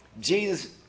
Jesus